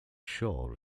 shore